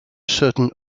certain